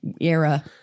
Era